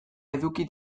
eduki